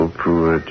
poor